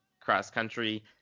cross-country